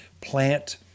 plant